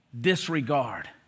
disregard